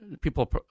people